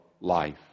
life